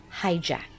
hijack